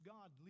God